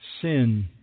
sin